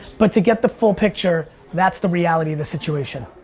but to get the full picture that's the reality of the situation.